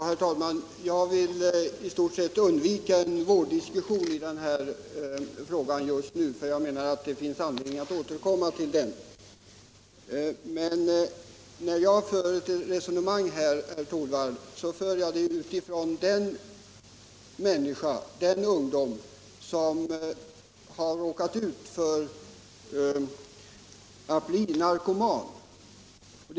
Herr talman! Jag vill undvika en vårddiskussion här— det blir anledning att återkomma till den frågan. Mitt resonemang, herr Torwald, fördes med tanke på de ungdomar som råkat ut för att bli narkomaner.